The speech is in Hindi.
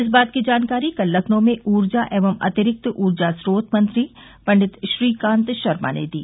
इस बात की जानकारी कल लखनऊ में ऊर्जा एवं अतिक्ति ऊर्जा स्रोत मंत्री पंडित श्रीकांत शर्मा ने दी